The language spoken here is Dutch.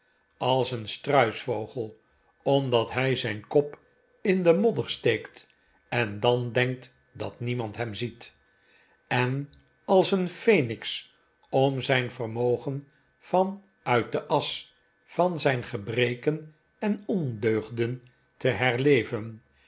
als een struisvogel omdat hij zijn kop in de modder steekt en dan denkt dat niemand hem ziet en als een feniks om zijn vermogen van uit de asch van zijn gebreken en ondeugden te herleven